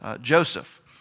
Joseph